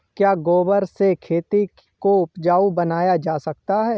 क्या गोबर से खेती को उपजाउ बनाया जा सकता है?